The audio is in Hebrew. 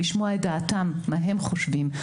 לשמוע את דעתם מה הם חושבים.